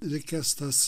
likęs tas